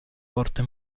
corte